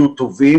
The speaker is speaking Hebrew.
היו טובים